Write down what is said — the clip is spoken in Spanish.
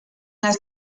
las